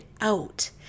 out